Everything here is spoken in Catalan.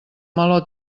meló